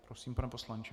Prosím, pane poslanče.